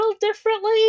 differently